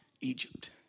Egypt